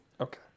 Okay